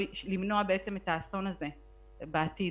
למנוע את האסון הזה בעתיד.